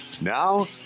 Now